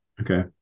okay